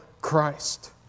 Christ